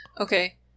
Okay